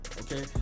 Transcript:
Okay